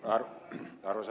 arvoisa puhemies